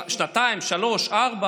שנתיים, שלוש, ארבע